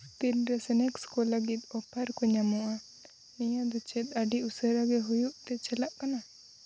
ᱛᱤᱱᱨᱮ ᱥᱮᱱᱮᱠᱥ ᱠᱚ ᱞᱟᱹᱜᱤᱫ ᱚᱯᱷᱟᱨ ᱠᱚ ᱧᱟᱢᱚᱜᱼᱟ ᱱᱤᱭᱟᱹᱫᱚ ᱪᱮᱫ ᱟᱹᱰᱤ ᱩᱥᱟᱹᱨᱟᱜᱮ ᱦᱩᱭᱩᱜᱛᱮ ᱪᱟᱞᱟᱜ ᱠᱟᱱᱟ